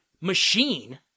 machine